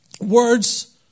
Words